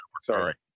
Sorry